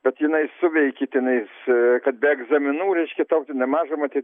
bet jinai suveikė tenais kad be egzaminų reiškia tautinė mažuma tai